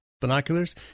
binoculars